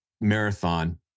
marathon